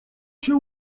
się